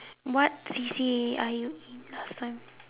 what C_C_A are you in last time